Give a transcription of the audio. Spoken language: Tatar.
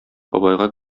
бабайга